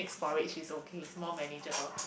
porridge is okay it's more manageable